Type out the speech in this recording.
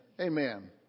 Amen